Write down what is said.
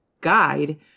guide